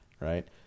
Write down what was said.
right